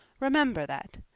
remember that.